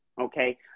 Okay